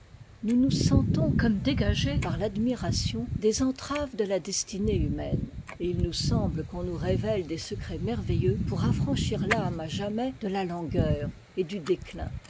nous nous sentons comme dégagës par l'admiration des entraves de la destinée humaine et il nous semble qu'on nous révèle des secrets merveilleux pour affranchir l'âme à jamais de la langueur et du déclin